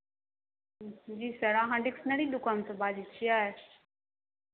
जी sir अहाँ dictionary दुकानसँ बाजै छियै